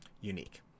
unique